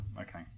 Okay